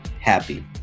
happy